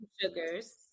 sugars